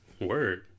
word